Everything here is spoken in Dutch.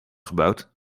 gebouwd